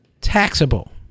taxable